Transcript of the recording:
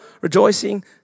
rejoicing